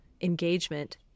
engagement